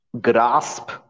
grasp